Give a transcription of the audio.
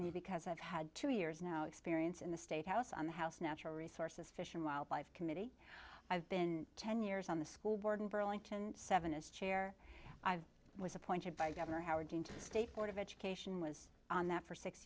me because i've had two years now experience in the state house on the house natural resources fish and wildlife committee i've been ten years on the school board in burlington seven as chair i was appointed by governor howard dean to the state board of education was on that for six